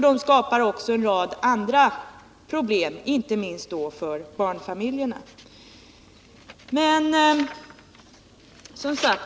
De skapar också en rad andra problem, inte minst då för barnfamiljerna.